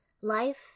Life